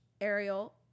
Ariel